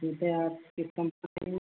जूते आप किस कम्पनी में